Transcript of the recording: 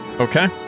okay